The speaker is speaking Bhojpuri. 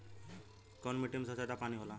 कौन मिट्टी मे सबसे ज्यादा पानी होला?